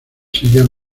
sillas